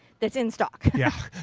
that's in stock. yeah.